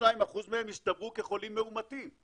22% מהם הסתברו כחולים מאומתים.